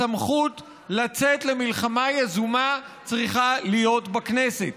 הסמכות לצאת למלחמה יזומה צריכה להיות בכנסת,